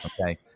Okay